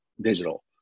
digital